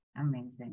amazing